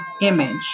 image